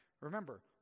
Remember